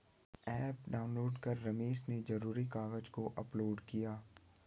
app download कर रमेश ने ज़रूरी कागज़ को अपलोड किया